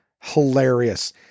Hilarious